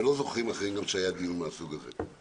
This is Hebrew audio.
ולא זוכרים אחרים גם שהיה דיון מהסוג הזה.